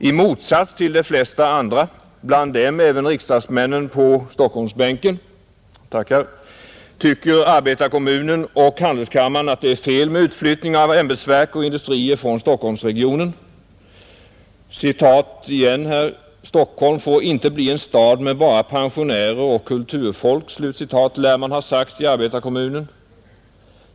I motsats till de flesta andra — bland dem även riksdagsmännen på Stockholmsbänken — tycker arbetarkommunen och Handelskammaren att det är fel med utflyttning av ämbetsverk och industrier från Stockholmsregionen. ”Stockholm får inte bli en stad med bara pensionärer och kulturfolk”, lär man ha sagt i arbetarkommunen.